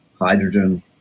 hydrogen